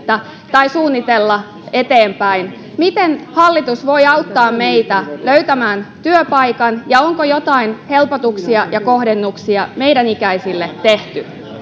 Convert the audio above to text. tai suunnitella eteenpäin miten hallitus voi auttaa meitä löytämään työpaikan ja onko joitain helpotuksia ja kohdennuksia meidän ikäisillemme tehty